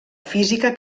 física